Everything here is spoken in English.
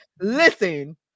Listen